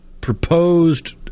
proposed